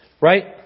Right